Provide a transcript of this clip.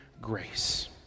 grace